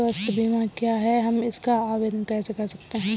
स्वास्थ्य बीमा क्या है हम इसका आवेदन कैसे कर सकते हैं?